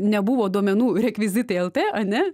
nebuvo duomenų rekvizitai el t ane